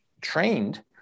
trained